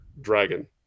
dragon